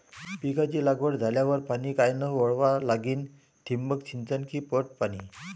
पिकाची लागवड झाल्यावर पाणी कायनं वळवा लागीन? ठिबक सिंचन की पट पाणी?